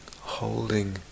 holding